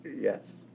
Yes